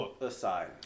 aside